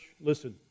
listen